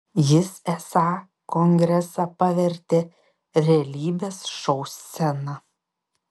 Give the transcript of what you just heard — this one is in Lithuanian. jis esą kongresą pavertė realybės šou scena